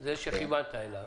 זה שכיוונת אליו